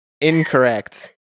Incorrect